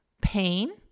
pain